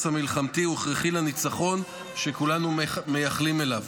המלחמתי הוא הכרחי לניצחון שכולנו מייחלים לו.